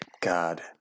God